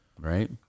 right